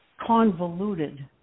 convoluted